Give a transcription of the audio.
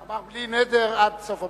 הוא אמר: בלי נדר, עד סוף המושב.